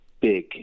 big